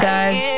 Guys